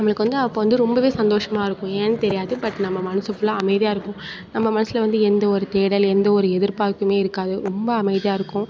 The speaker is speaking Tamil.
நம்மளுக்கு வந்து அப்போ வந்து ரொம்ப சந்தோஷமா இருக்கும் ஏன்னு தெரியாது பட் நம்ம மனது ஃபுல்லாக அமைதியாக இருக்கும் நம்ம மனசில் வந்து எந்த ஒரு தேடல் எந்த ஒரு எதிர்பார்ப்பும் இருக்காது ரொம்ப அமைதியாக இருக்கும்